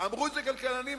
אמרו את זה כלכלנים,